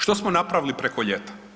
Što smo napravili preko ljeta?